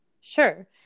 Sure